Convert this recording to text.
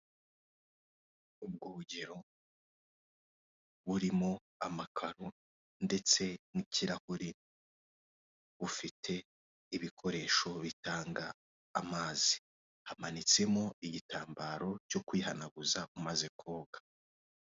Ubwogero burimo amakaro ndetse n'ikirahure bufite ibikoresho bitanga amazi; hamanitsemo igitambaro cyo kwihanaguza umaze koga.